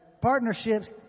partnerships